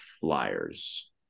Flyers